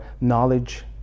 knowledge